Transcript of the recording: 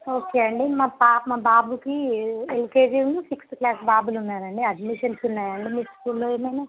okay అండి మా పాప మా బాబుకి ఎల్కేజీను సిక్స్త్ క్లాస్ బాబులు ఉన్నారండి అడ్మిషన్స్ ఉన్నాయా అండి మీ స్కూల్లో ఏమైనా